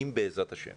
אם בעזרת השם